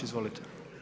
Izvolite.